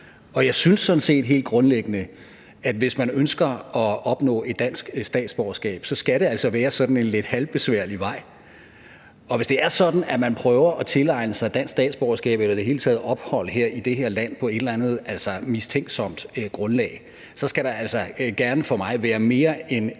Og jeg synes sådan set helt grundlæggende, at hvis man ønsker at opnå et dansk statsborgerskab, skal det altså være sådan en lidt halvbesværlig vej. Og hvis det er sådan, at man prøver at tilegne sig et dansk statsborgerskab eller i det hele taget ophold i det her land på et eller andet mistænkeligt grundlag, skal der gerne for mig hellere være